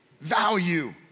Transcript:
value